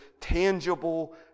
tangible